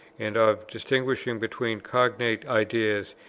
and of distinguishing between cognate ideas,